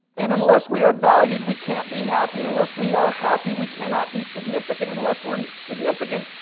and unless we are valued, we can't be happy, and unless we are happy, we cannot be significant, and unless we are and significant,